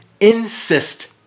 insist